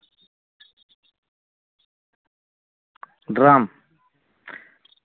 drum